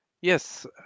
Yes